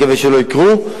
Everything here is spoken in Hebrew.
ונקווה שלא יקרו,